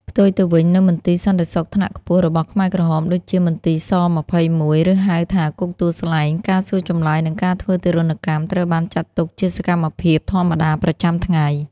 ផ្ទុយទៅវិញ នៅមន្ទីរសន្តិសុខថ្នាក់ខ្ពស់របស់ខ្មែរក្រហម ដូចជា មន្ទីរស-២១ ឬហៅថា គុកទួលស្លែង ការសួរចម្លើយនិងការធ្វើទារុណកម្ម ត្រូវបានចាត់ទុកជាសកម្មភាពធម្មតាប្រចាំថ្ងៃ។